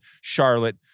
Charlotte